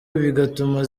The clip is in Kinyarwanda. bigatuma